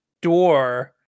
door